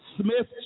Smith